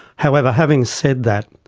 however, having said that,